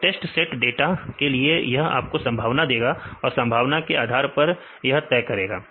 तो test set data के लिए यह आपको संभावना देगा और संभावना के आधार पर यह तय करेगा